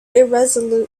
irresolute